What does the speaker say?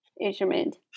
Instrument